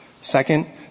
Second